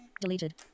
Deleted